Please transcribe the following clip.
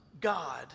God